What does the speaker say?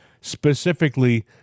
specifically